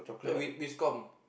this one we we discount